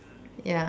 ya